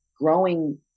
growing